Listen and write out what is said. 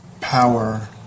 power